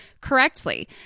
correctly